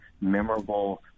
memorable